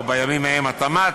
או בימים ההם התמ"ת,